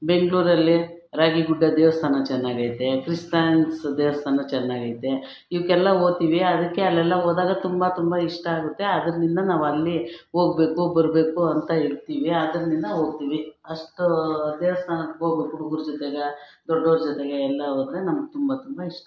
ಬೆಂಗಳೂರಲ್ಲಿ ರಾಗಿ ಗುಡ್ಡ ದೇವಸ್ಥಾನ ಚೆನ್ನಾಗೈತೆ ಕ್ರಿಸ್ತಾನ್ಸ್ ದೇವಸ್ಥಾನ ಚೆನ್ನಾಗೈತೆ ಇವಕ್ಕೆಲ್ಲ ಹೋತೀವಿ ಅದಕ್ಕೆ ಅಲ್ಲೆಲ್ಲ ಹೋದಾಗ ತುಂಬ ತುಂಬ ಇಷ್ಟ ಆಗುತ್ತೆ ಅದರಿಂದ ನಾವು ಅಲ್ಲಿ ಹೋಗ್ಬೇಕು ಬರಬೇಕು ಅಂತ ಇರ್ತಿವಿ ಅದರಿಂದ ಹೋಗ್ತಿವಿ ಅಷ್ಟು ದೇವಸ್ಥಾನಕ್ಕೋಗ್ಬೇಕು ಹುಡುಗ್ರ ಜೊತೆಗೆ ದೊಡ್ಡೋವ್ರ ಜೊತೆಗೆ ಎಲ್ಲ ಹೋದ್ರೆ ನಮಗೆ ತುಂಬ ತುಂಬ ಇಷ್ಟ ಅದು